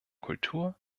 kultur